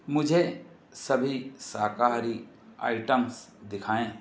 मुझे सभी शाकाहारी आइटम्स दिखाएँ